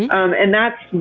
um and that's